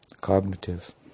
cognitive